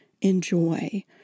enjoy